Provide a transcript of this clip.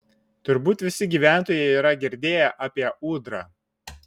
turbūt visi gyventojai yra girdėję apie ūdrą